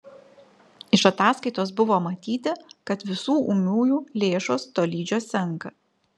iš ataskaitos buvo matyti kad visų ūmiųjų lėšos tolydžio senka